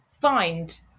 find